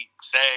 say